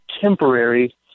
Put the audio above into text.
temporary